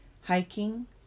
hiking